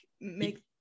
make